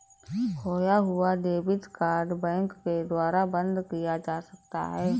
खोया हुआ debit card bank के द्वारा बंद किया जा सकता है